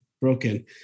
broken